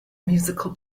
musical